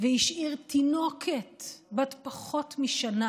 והשאיר תינוקת בת פחות משנה